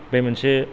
बे मोनसे